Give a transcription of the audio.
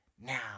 now